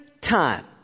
time